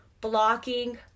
blocking